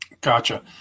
Gotcha